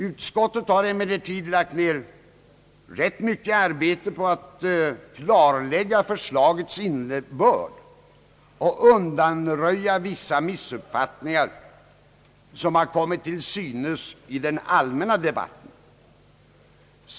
Utskottet har lagt ned mycket arbete på att klarlägga förslagets innebörd och undanröja vissa missuppfattningar som har kommit till synes i den allmänna debatten.